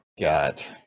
got